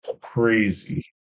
crazy